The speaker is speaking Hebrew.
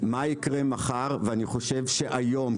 מה יקרה מחר אני חושב שהיום,